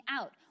out